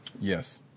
Yes